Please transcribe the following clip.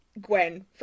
Gwen